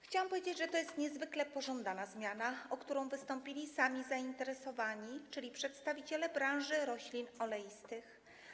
Chciałam powiedzieć, że to jest niezwykle pożądana zmiana, o którą wystąpili sami zainteresowani, czyli przedstawiciele branży roślin oleistych.